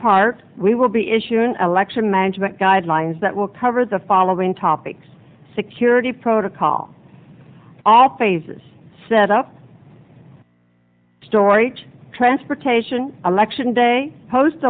part we will be issuing election management guidelines that will cover the following topics security protocol all phases set up story transportation election day pos